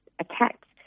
attacks